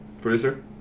producer